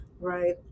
Right